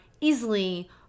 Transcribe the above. easily